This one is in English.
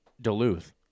Duluth